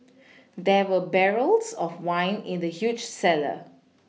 there were barrels of wine in the huge cellar